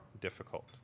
difficult